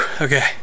Okay